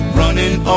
running